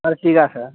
Ertiga sir